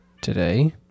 today